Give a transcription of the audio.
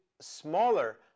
smaller